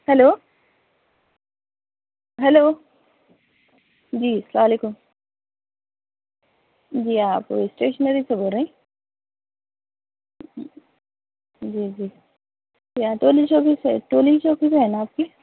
hello hello جی سلام علیکم جی آپ اسٹیشنری سے بول رہے ہیں جی جی کیا ہے ٹولی چوکی سے ٹولی چوکی پہ ہے نا آپ کی